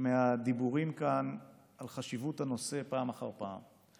מהדיבורים כאן על חשיבות הנושא פעם אחר פעם,